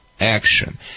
action